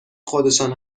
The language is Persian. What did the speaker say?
خودشان